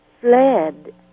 fled